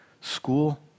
school